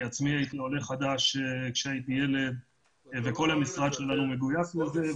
אני עצמי הייתי עולה חדש עת הייתי ילד וכל המשרד שלנו מגויס לנושא.